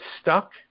stuck